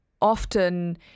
often